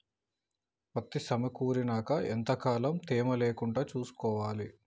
పత్తి సమకూరినాక ఎంత కాలం తేమ లేకుండా చూసుకోవాలి?